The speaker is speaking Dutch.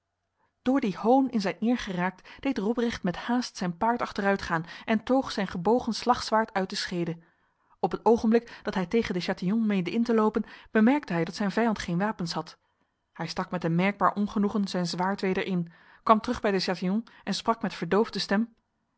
door die hoon in zijn eer geraakt deed robrecht met haast zijn paard achteruitgaan en toog zijn gebogen slagzwaard uit de schede op het ogenblik dat hij tegen de chatillon meende in te lopen bemerkte hij dat zijn vijand geen wapens had hij stak met een merkbaar ongenoegen zijn zwaard weder in kwam terug bij de chatillon en sprak met verdoofde stem